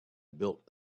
built